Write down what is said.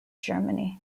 germany